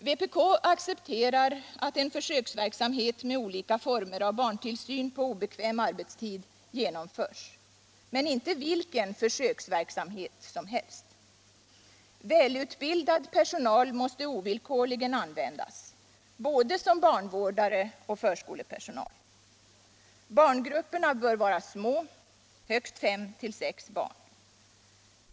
Vpk accepterar att en försöksverksamhet med olika former av barntillsyn på obekväm arbetstid genomförs, men inte vilken försöksverksamhet som helst. Välutbildad personal måste ovillkorligen användas, både som barnvårdare och förskolepersonal. Barngrupperna bör vara små, högst fem sex barn.